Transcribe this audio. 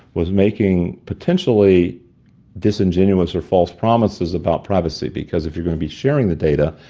was making potentially disingenuous or false promises about privacy. because if you're going to be sharing the data,